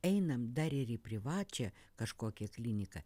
einam dar ir į privačią kažkokią kliniką